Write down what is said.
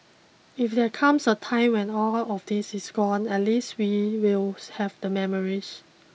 if there comes a time when all of this is gone at least we will have the memories